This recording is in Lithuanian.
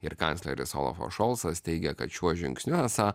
ir kancleris olafas šolcas teigia kad šiuo žingsniu esą